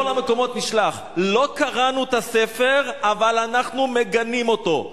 לא קראנו את הספר, אבל אנחנו מגנים אותו.